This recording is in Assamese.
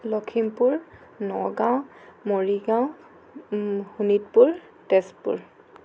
লখিমপুৰ নগাঁও মৰিগাঁও শোণিতপুৰ তেজপুৰ